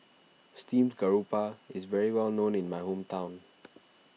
Steamed Garoupa is well known in my hometown